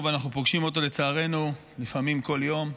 ואנחנו פוגשים אותו, לצערנו, לפעמים כל יום,